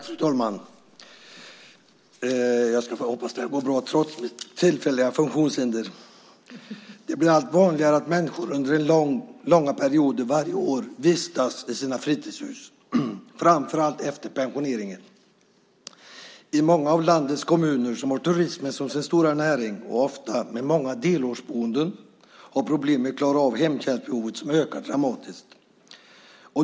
Fru talman! Det blir allt vanligare att människor under långa perioder varje år vistas i sina fritidshus, framför allt efter pensioneringen. Många av landets kommuner som har turismen som sin stora näring, ofta med många delårsboende, har problem med att klara av hemtjänstbehovet som ökat dramatiskt.